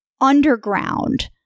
underground